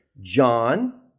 John